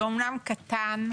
זה אומנם קטן,